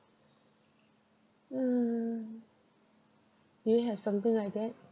mm do you have something like that